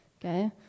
Okay